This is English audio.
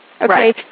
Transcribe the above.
Okay